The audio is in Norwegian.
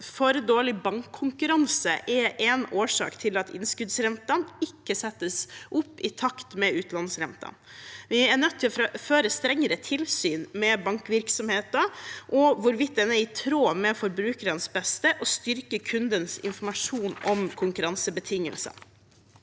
For dårlig bankkonkurranse er en årsak til at innskuddsrentene ikke settes opp i takt med utlånsrentene. Vi er nødt til å føre strengere tilsyn med bankvirksomheten, hvorvidt den er i tråd med forbrukernes beste og styrker kundens informasjon om konkurransebetingelser.